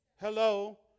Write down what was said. Hello